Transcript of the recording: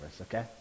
okay